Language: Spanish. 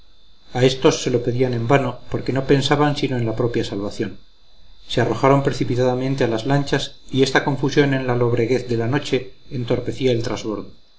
a éstos se lo pedían en vano porque no pensaban sino en la propia salvación se arrojaron precipitadamente a las lanchas y esta confusión en la lobreguez de la noche entorpecía el trasbordo